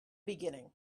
beginning